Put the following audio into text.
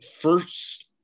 First